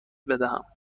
بدهم